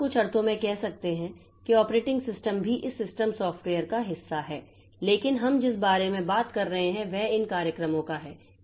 और आप कुछ अर्थों में कह सकते हैं कि ऑपरेटिंग सिस्टम भी इस सिस्टम सॉफ्टवेयर का हिस्सा है लेकिन हम जिस बारे में बात कर रहे हैं वह इन कार्यक्रमों का है